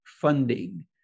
funding